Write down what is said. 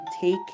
take